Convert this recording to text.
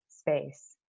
space